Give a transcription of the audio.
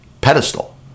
pedestal